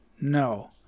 No